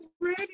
ready